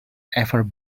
ever